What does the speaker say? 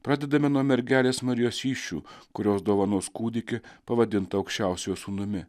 pradedame nuo mergelės marijos įsčių kurios dovanos kūdikį pavadintą aukščiausiojo sūnumi